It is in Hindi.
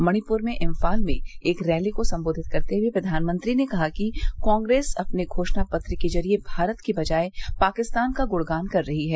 मणिपुर में इम्फाल में एक रैली को संबोधित करते हुए प्रधानमंत्री मोदी ने कहा कि कांग्रेस अपने घोषणा पत्र के जरिए भारत की बजाय पाकिस्तान का गुणगान कर रही है